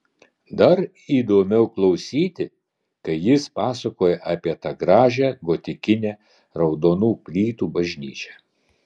dar įdomiau klausyti kai jis pasakoja apie tą gražią gotikinę raudonų plytų bažnyčią